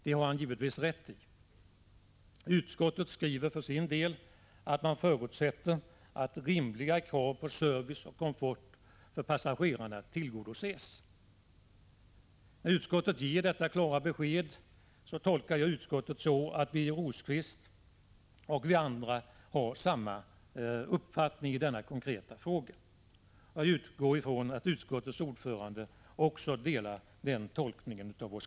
Det har han givetvis rätt i. Utskottet skriver för sin del att man förutsätter att rimliga krav på service och komfort för passagerarna tillgodoses. Detta klara besked från utskottet tolkar jag så, att Birger Rosqvist och vi andra har samma uppfattning i denna konkreta fråga. Jag utgår från att utskottets ordförande också tolkar vår skrivning på samma sätt.